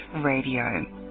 Radio